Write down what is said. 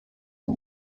and